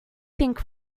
think